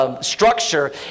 structure